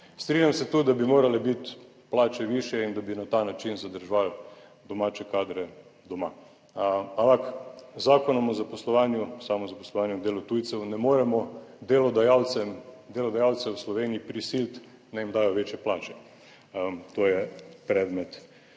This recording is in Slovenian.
Strinjam se tudi, da bi morale biti plače višje, in da bi na ta način zadrževali domače kadre doma, ampak z Zakonom o zaposlovanju, samozaposlovanju in delu tujcev ne moremo delodajalce v Sloveniji prisiliti, naj jim dajo večje plače. To je predmet